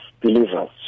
believers